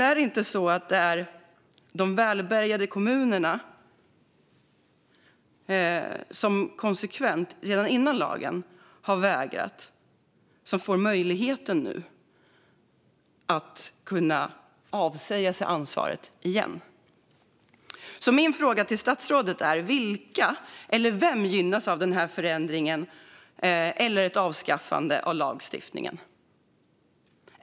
Är det inte så att de välbärgade kommunerna, som konsekvent redan innan lagen fanns har vägrat, nu får möjligheten att kunna avsäga sig ansvaret igen? Min fråga till statsrådet är: Vilka gynnas av förändringen eller ett avskaffande av lagstiftningen?